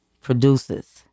produces